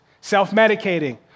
self-medicating